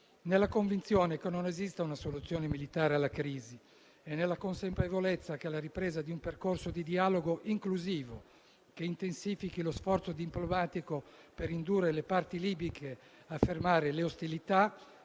Nella convinzione che non esista una soluzione militare alla crisi e nella consapevolezza che la ripresa di un percorso di dialogo inclusivo che intensifichi lo sforzo diplomatico per indurre le parti libiche a fermare le ostilità,